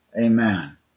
Amen